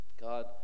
God